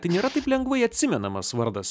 tai nėra taip lengvai atsimenamas vardas